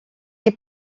est